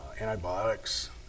antibiotics